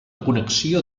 connexió